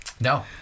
No